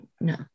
no